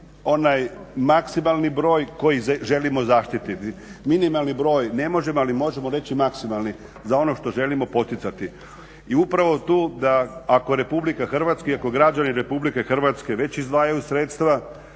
onaj maksimalni broj koji želimo zaštiti. Minimalni broj ne možemo ali možemo reći maksimalni za ono što želimo poticati. I upravo tu da ako RH i ako građani RH već izdvajaju sredstva